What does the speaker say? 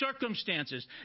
circumstances